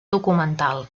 documental